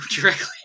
directly